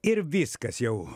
ir viskas jau